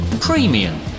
Premium